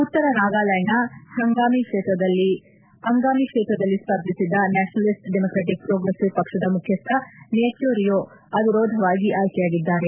ಉತ್ತರ ನಾಗಾಲ್ಯಾಂಡ್ನ ಅಂಗಾಮಿ ಕ್ಷೇತ್ರದಲ್ಲಿ ಸ್ಪರ್ಧಿಸಿದ್ದ ನ್ಯಾಷನಲಿಸ್ಟ್ ಡೆಮಕ್ರೆಟಿಕ್ ಪ್ರೊಗ್ರೆಸಿವ್ ಪಕ್ಷದ ಮುಖ್ಯಸ್ದ ನೆಪ್ಯೂ ರಿಯೋ ಅವಿರೋಧವಾಗಿ ಆಯ್ಕೆಯಾಗಿದ್ದಾರೆ